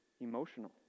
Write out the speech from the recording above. emotional